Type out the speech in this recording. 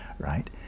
right